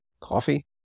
coffee